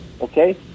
Okay